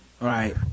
Right